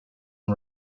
and